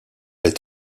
est